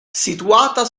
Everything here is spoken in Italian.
situata